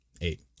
Eight